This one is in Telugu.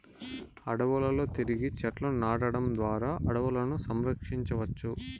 అడవులలో తిరిగి చెట్లను నాటడం ద్వారా అడవులను సంరక్షించవచ్చు